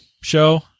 show